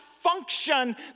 function